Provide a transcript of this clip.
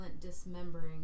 dismembering